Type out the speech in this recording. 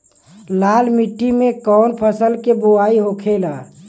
लाल मिट्टी में कौन फसल के बोवाई होखेला?